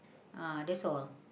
uh that's all